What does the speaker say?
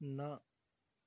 ਨਾ